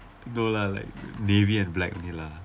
no lah like navy and black only lah